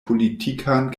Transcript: politikan